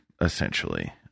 essentially